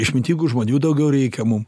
išmintingų žmonių daugiau reikia mum